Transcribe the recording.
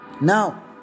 Now